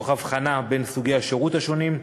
תוך הבחנה בין סוגי השירות השונים,